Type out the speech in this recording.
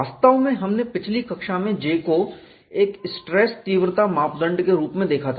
वास्तव में हमने पिछली कक्षा में J को एक स्ट्रेस तीव्रता मापदंड के रूप में देखा था